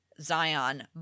Zion